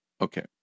Okay